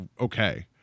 okay